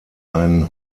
einen